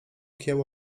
kieł